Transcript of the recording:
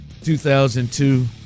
2002